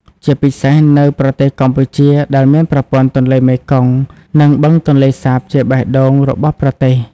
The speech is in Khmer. ជាពិសេសនៅប្រទេសកម្ពុជា ដែលមានប្រព័ន្ធទន្លេមេគង្គ និងបឹងទន្លេសាបជាបេះដូងរបស់ប្រទេស។